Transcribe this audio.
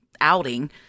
outing